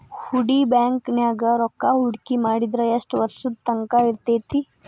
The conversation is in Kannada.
ಹೂಡಿ ಬ್ಯಾಂಕ್ ನ್ಯಾಗ್ ರೂಕ್ಕಾಹೂಡ್ಕಿ ಮಾಡಿದ್ರ ಯೆಷ್ಟ್ ವರ್ಷದ ತಂಕಾ ಇರ್ತೇತಿ?